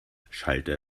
schallte